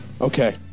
Okay